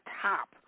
top